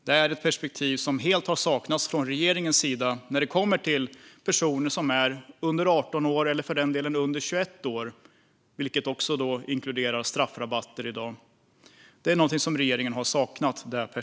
Det här är ett perspektiv som helt har saknats från regeringens sida när det gäller personer som är under 18 år - eller för den delen under 21 år, som också får straffrabatter i dag. Det perspektivet har regeringen saknat.